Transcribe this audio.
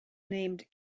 named